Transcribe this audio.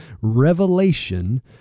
revelation